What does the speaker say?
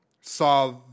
saw